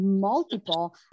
multiple